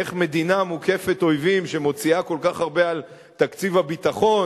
איך מדינה מוקפת אויבים שמוציאה כל כך הרבה על תקציב הביטחון,